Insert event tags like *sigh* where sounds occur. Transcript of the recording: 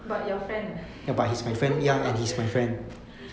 but your friend leh *laughs*